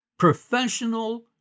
Professional